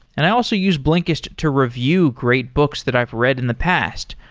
and i also use blinkist to review great books that i've read in the past,